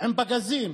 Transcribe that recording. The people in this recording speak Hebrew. עם פגזים